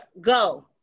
go